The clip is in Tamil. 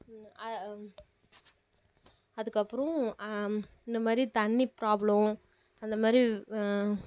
அதுக்கு அப்புறம் இந்தமேரி தண்ணி ப்ராப்ளோம் அந்தமாதிரி